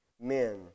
men